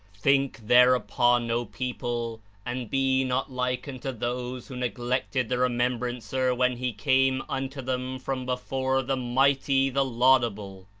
think thereupon, o people, and be not like unto those who neglected the remembrancer when he came unto them from before the mighty, the laudable.